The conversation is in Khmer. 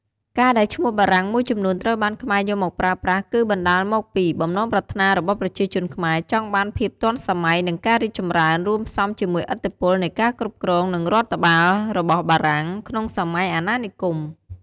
ការដែលឈ្មោះបារាំងមួយចំនួនត្រូវបានខ្មែរយកមកប្រើប្រាស់ គឺបណ្ដាលមកពី បំណងប្រាថ្នារបស់ប្រជាជនខ្មែរចង់បានភាពទាន់សម័យ និងការរីកចម្រើន រួមផ្សំជាមួយឥទ្ធិពលនៃការគ្រប់គ្រង និងរដ្ឋបាលរបស់បារាំង ក្នុងសម័យអាណានិគម។